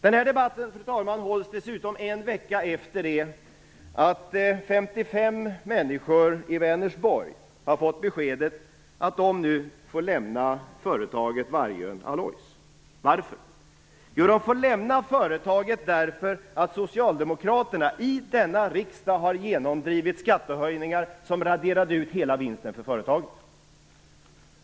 Den här debatten hålls en vecka efter det att 55 människor i Vänersborg har fått beskedet att de nu får lämna företaget Vargön Alloys. Varför? Jo, de får lämna företaget därför att socialdemokraterna i denna riksdag har genomdrivit skattehöjningar som har raderat ut hela vinsten för företaget.